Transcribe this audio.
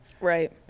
right